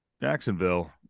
Jacksonville